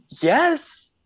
Yes